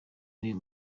n’uyu